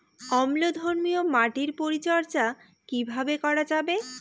অম্লধর্মীয় মাটির পরিচর্যা কিভাবে করা যাবে?